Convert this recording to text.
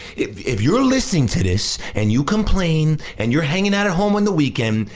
if if you're listening to this and you complain and you're hanging out at home on the weekend,